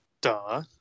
Duh